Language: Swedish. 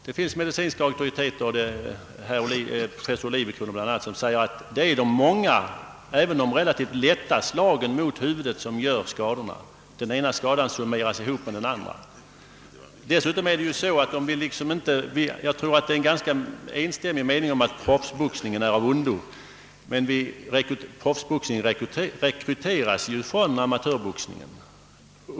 Det finns medicinska auktoriteter — bl.a. professor Olivecrona — som erinrar om att det är de många, även relativt lätta slagen mot huvudet som gör skadorna. Den ena skadan summeras ihop med den andra. Det råder en ganska enstämmig mening om att proffsboxningen är av ondo, men den rekryteras ju från amatörboxningen.